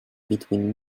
between